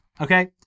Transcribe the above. okay